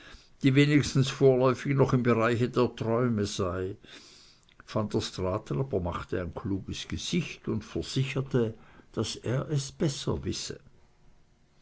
die wenigstens vorläufig noch im bereiche der träume sei van der straaten aber machte sein kluges gesicht und versicherte daß er es besser wisse